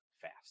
fast